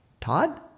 Todd